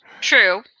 true